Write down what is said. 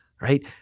right